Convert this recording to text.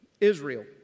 Israel